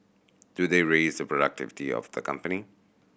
do they raise the productivity of the company